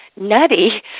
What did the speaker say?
nutty